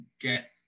get